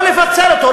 לפצל אותו.